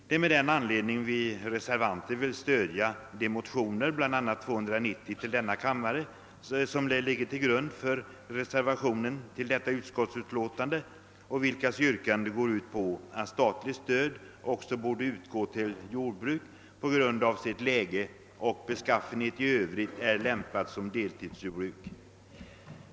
Det är av den anledningen som reservanterna inom jordbruksutskottet vill stödja de motioner, bl.a. IT: 290, som ligger till grund för reservationen och vilkas yrkande innebär att statligt stöd bör utgå även till jordbruk som på grund av sitt läge och beskaffenhet i övrigt är lämpade som deltidsjordbruk.